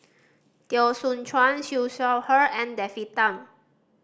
Teo Soon Chuan Siew Shaw Her and David Tham